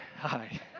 Hi